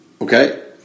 okay